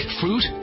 fruit